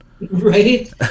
right